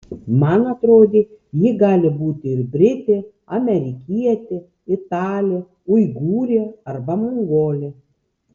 man atrodė ji gali būti ir britė amerikietė italė uigūrė arba mongolė